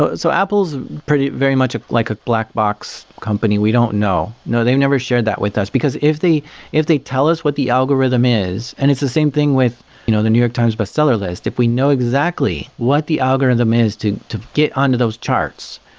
ah so apple is very much ah like a black box company. we don't know. no, they never share that with us, because if they if they tell us what the algorithm is, and it's the same thing with you know the new york times bestseller list. if we know exactly what the algorithm is to to get under those charts,